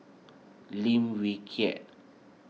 Lim Wee Kiak